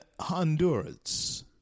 Honduras